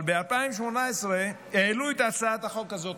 אבל ב-2018 העלו את הצעת החוק הזאת,